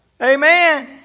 Amen